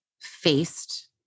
faced